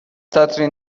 سطری